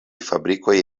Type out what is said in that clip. fabrikoj